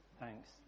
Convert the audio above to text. Thanks